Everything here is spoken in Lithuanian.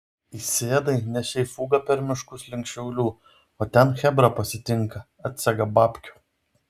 įsėdai nešei fugą per miškus link šiaulių o ten chebra pasitinka atsega babkių